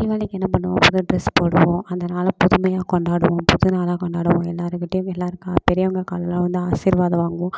தீபாபளிக்கு என்ன பண்ணுவோம் புது டிரெஸ் போடுவோம் அந்த நாளை புதுமையாக கொண்டாடுவோம் புதுநாளாக கொண்டாடுவோம் எல்லாருகிட்டேயும் எல்லார் கால் பெரியவங்க கால்லெலாம் விழுந்து ஆசிர்வாதம் வாங்குவோம்